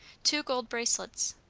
two gold bracelets.